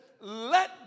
Let